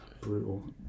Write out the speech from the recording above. brutal